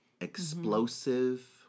explosive